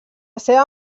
seva